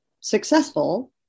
successful